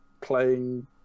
playing